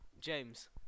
James